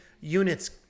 units